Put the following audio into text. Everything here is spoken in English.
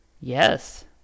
Yes